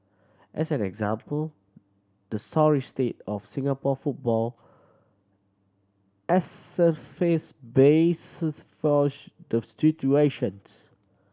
as an example the sorry state of Singapore football the situations